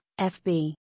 FB